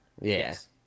Yes